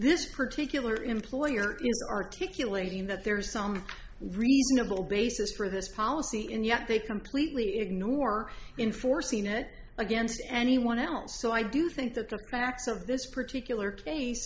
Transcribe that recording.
this particular employer is articulating that there is some reasonable basis for this policy and yet they completely ignore in forcing it against anyone else so i do think that the facts of this particular case